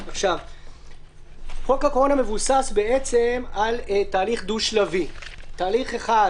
חוק הקורונה מבוסס על תהליך דו-שלבי: היבט אחד,